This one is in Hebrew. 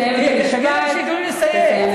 תגידי להם שייתנו לי לסיים.